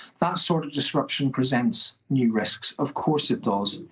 that sort of disruption presents new risks. of course it does.